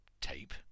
tape